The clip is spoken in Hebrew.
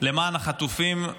למען החטופים,